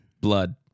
Blood